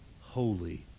Holy